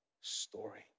story